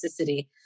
toxicity